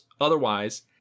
otherwise